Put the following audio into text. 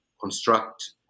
construct